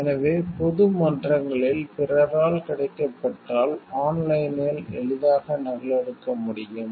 எனவே பொது மன்றங்களில் பிறரால் கிடைக்கப்பெற்றால் ஆன்லைனில் எளிதாக நகலெடுக்க முடியும்